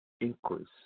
increase